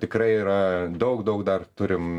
tikrai yra daug daug dar turim